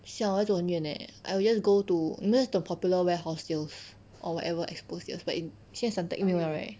siao 要走很远 eh I will just go to you know where's the Popular warehouse sales or whatever Expo sales but in 现在 Suntec 又没有 liao right